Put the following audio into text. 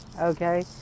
Okay